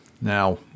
now